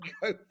go